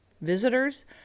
visitors